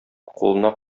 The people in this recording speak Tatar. кулына